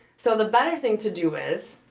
so the better thing to do is,